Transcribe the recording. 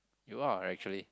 you are actually